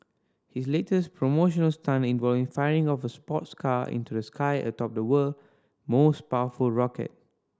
his latest promotional stunt involved firing off a sports car into the sky atop the world most powerful rocket